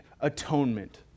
atonement